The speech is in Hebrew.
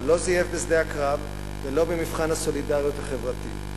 אבל לא זייף בשדה הקרב ולא במבחן הסולידריות החברתית.